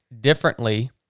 differently